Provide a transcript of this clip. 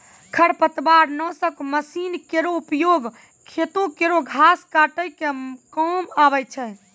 खरपतवार नासक मसीन केरो उपयोग खेतो केरो घास काटै क काम आवै छै